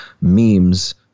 memes